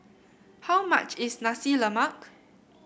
how much is Nasi Lemak